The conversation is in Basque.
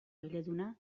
eleduna